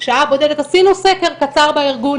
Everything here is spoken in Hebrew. עשינו סקר קצר בארגון,